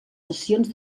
sessions